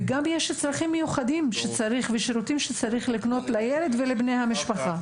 וגם יש צרכים מיוחדים ושירותים שצריך לקנות לילד ולבני המשפחה.